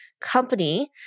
company